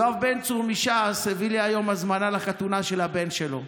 יואב בן צור מש"ס הביא לי היום הזמנה לחתונה של הבן שלו.